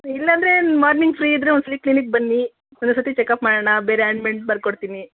ಇಲ್ಲಾಂದರೆ morning free ಇದ್ದರೆ ಒಂದ್ಸಲ ಕ್ಲಿನಿಕ್ ಬನ್ನಿ ಇನ್ನೊಂದ್ ಸತಿ ಚೆಕಪ್ ಮಾಡೋಣ ಬೇರೆ ಆಯಿಂಟ್ಮೆಂಟ್ ಬರ್ಕೊಡ್ತೀನಿ